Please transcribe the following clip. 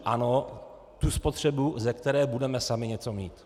Ano, spotřebu, ze které budeme sami něco mít.